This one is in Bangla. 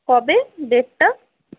কবে ডেটটা